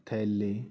ਥੈਲੇ